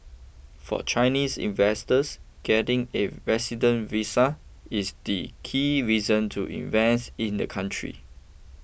for Chinese investors getting a resident visa is the key reason to invest in the country